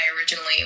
originally